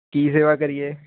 ਕੀ ਸੇਵਾ ਕਰੀਏ